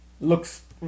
Looks